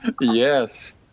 yes